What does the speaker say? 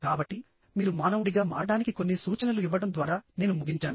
కాబట్టి మీరు మానవుడిగా మారడానికి కొన్ని సూచనలు ఇవ్వడం ద్వారా నేను ముగించాను